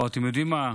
או אתם יודעים מה?